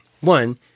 one